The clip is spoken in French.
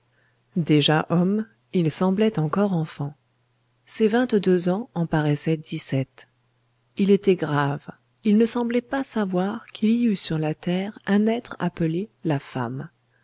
déjà homme il semblait encore enfant ses vingt-deux ans en paraissaient dix-sept il était grave il ne semblait pas savoir qu'il y eût sur la terre un être appelé la femme